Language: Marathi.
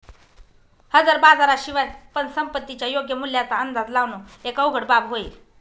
हजर बाजारा शिवाय पण संपत्तीच्या योग्य मूल्याचा अंदाज लावण एक अवघड बाब होईल